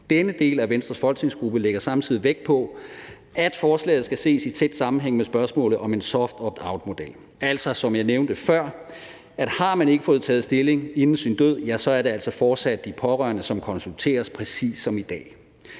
Denne del af Venstres folketingsgruppe lægger samtidig vægt på, at forslaget skal ses i tæt sammenhæng med spørgsmålet om en soft optoutmodel, altså, som jeg nævnte før, at har man ikke fået taget stilling inden sin død, er det altså fortsat de pårørende, som konsulteres præcis som i dag.